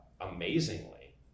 amazingly